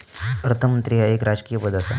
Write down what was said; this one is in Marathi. अर्थमंत्री ह्या एक राजकीय पद आसा